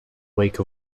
wake